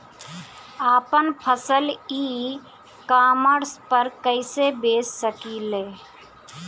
आपन फसल e commerce पर कईसे बेच सकिले?